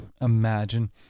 imagine